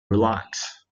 relax